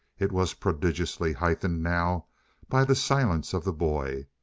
it was prodigiously heightened now by the silence of the boy.